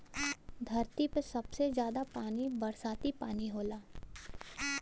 धरती पे सबसे जादा पानी बरसाती पानी होला